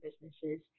businesses